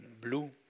blue